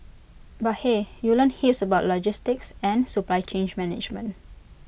but hey you learn heaps about logistics and supply chain management